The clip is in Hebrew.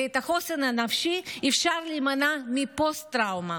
בחוסן הנפשי, אפשר להימנע מפוסט-טראומה.